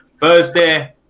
Thursday